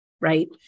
right